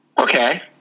Okay